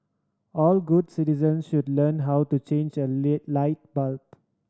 all good citizens should learn how to change a lit light bulb